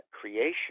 creation